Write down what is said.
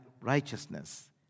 righteousness